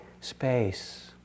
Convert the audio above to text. space